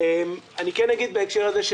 אני כן אגיד בהקשר הזה,